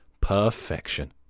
Perfection